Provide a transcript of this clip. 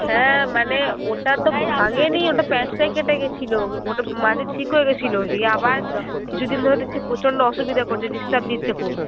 হ্যাঁ মানে ওটা তো ভাঙেনি ওটা প্যাঁচটাই কেটে গেছিলো ওটা মাঝে ঠিক হয়ে গেছিল দিয়ে আবার কিছুদিন ধরে দেখছি প্রচণ্ড অসুবিধা করছে ডিস্টার্ব দিচ্ছে খুব